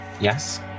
Yes